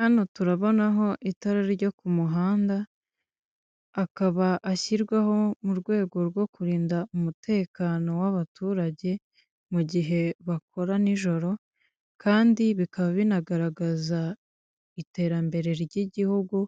Hano turabonaho itara ryo kumuhanda akaba ashyirwaho mu rwego rwo kurinda umutekano w'abaturage igihe bakora nijoro, kandi bikaba binagaragaza iterambere ry'igihugu